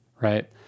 right